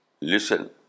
listen